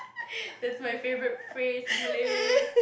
that's my favourite phrase Malay